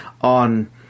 on